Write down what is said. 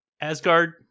asgard